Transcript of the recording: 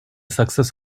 success